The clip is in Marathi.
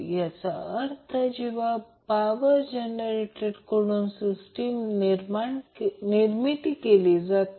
याबद्दलची संकल्पना DC पासून आहे जी आपण आधीच सुरू केली आहे